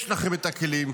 יש לכם את הכלים,